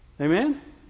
Amen